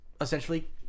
essentially